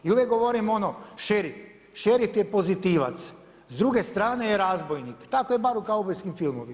I uvijek govorim ono šerif, šerif je pozitivac, s druge strane je razbojnik, tako je bar u kaubojskim filmovima.